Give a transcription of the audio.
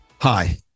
Hi